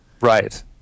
Right